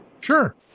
Sure